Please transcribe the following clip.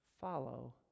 Follow